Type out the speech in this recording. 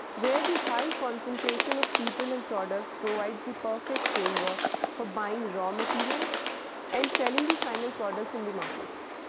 where the high concentration of people and products provides the perfect framework for buying raw materials and selling the final products in the markets.